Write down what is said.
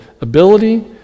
ability